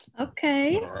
Okay